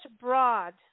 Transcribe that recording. broad